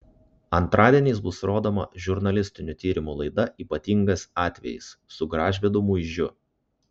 antradieniais bus rodoma žurnalistinių tyrimų laida ypatingas atvejis su gražvydu muižiu